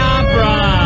Opera